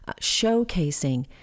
showcasing